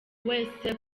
wese